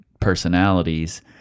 personalities